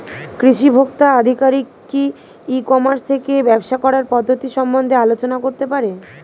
কৃষি ভোক্তা আধিকারিক কি ই কর্মাস থেকে ব্যবসা করার পদ্ধতি সম্বন্ধে আলোচনা করতে পারে?